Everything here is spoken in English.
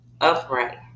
upright